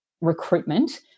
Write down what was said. recruitment